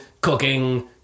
cooking